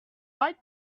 white